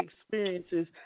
experiences